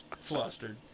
flustered